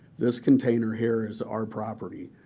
this container here is our property.